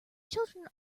children